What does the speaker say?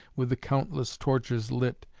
with the countless torches lit,